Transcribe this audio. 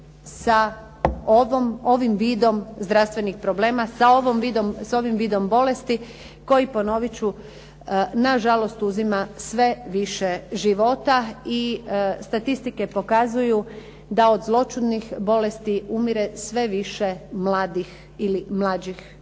sa ovim vidom zdravstvenih problema, sa ovim vidom bolesti, koji ponovit ću, nažalost uzima sve više života. I statistike pokazuju da od zloćudnih bolesti umire sve više mladih ili mlađih ljudi.